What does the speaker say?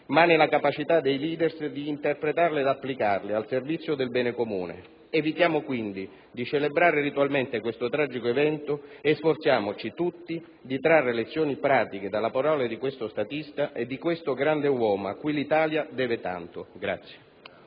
ma nella capacità dei leader di interpretarle e applicarle al servizio del bene comune. Evitiamo quindi di celebrare ritualmente questo tragico evento e sforziamoci tutti di trarre lezioni pratiche dalle parole di questo statista e di questo grande uomo cui l'Italia deve tanto.